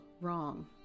wrong